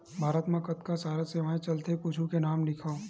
भारत मा कतका सारा सेवाएं चलथे कुछु के नाम लिखव?